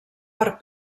per